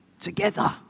together